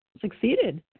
succeeded